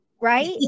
right